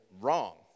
wrong